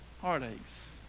heartaches